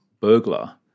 burglar